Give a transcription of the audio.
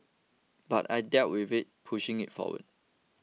but I deal with it pushing it forward